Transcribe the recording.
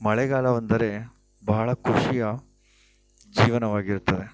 ಮಳೆಗಾಲವೆಂದರೆ ಬಹಳ ಖುಷಿಯ ಜೀವನವಾಗಿರುತ್ತದೆ